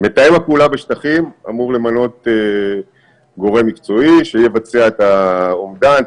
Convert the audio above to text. מתאם הפעולות בשטחים אמור למנות גורם מקצועי שיבצע את האומדן,